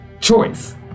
Choice